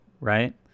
right